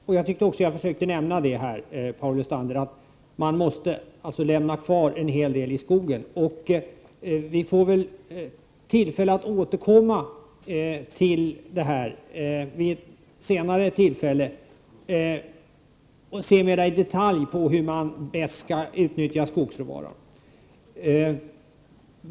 Fru talman! Jag försökte nämna, Paul Lestander, att man måste lämna kvar en hel del i skogen. Vi får väl senare tillfälle att återkomma till detta och mera i detalj se på hur man bäst skall utnyttja skogsråvaran.